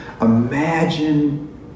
Imagine